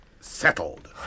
settled